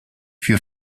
für